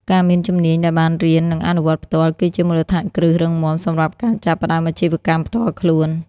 ការមានជំនាញដែលបានរៀន និងអនុវត្តផ្ទាល់ គឺជា មូលដ្ឋានគ្រឹះរឹងមាំ សម្រាប់ការចាប់ផ្តើមអាជីវកម្មផ្ទាល់ខ្លួន។